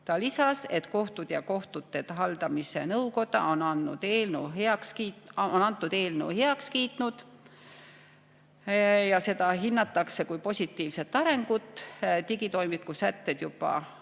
Ta lisas, et kohtud ja kohtute haldamise nõukoda on selle eelnõu heaks kiitnud ja seda hinnatakse kui positiivset arengut. Digitoimiku sätted juba